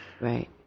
right